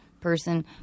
person